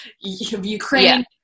ukraine